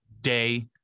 day